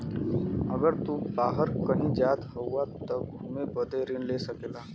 अगर तू बाहर कही जात हउआ त घुमे बदे ऋण ले सकेला